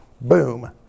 boom